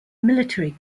military